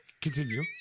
Continue